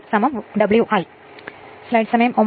അതിനാൽ V1 I0 cos ∅ 0 W i